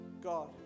God